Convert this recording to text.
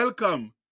Welcome